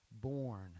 born